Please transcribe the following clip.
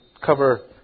cover